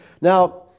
Now